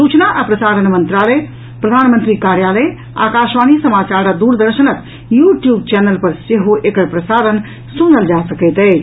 सूचना आ प्रसारण मंत्रालय प्रधानमंत्री कार्यालय आकाशवाणी समाचार आ दूरर्दशनक यू ट्यूब चैनल पर सेहो एकर प्रसारण सुनल जा सकैत अछि